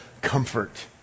comfort